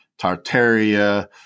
Tartaria